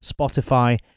Spotify